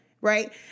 Right